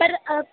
پر آپ